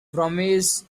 promise